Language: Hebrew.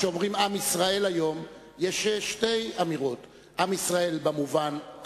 כשאומרים היום "עם ישראל",